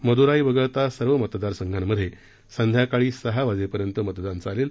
मुदराई वगळत सर्व मतदारसंघांमधे संध्याकाळी सहावाजेपर्यंत मतदान चालेल